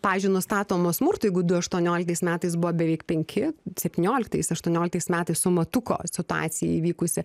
pavyzdžiui nustatomo smurtui jeigu du aštuonioliktais metais buvo beveik penki septynioliktais aštuonioliktais metais su matuko situacija įvykusi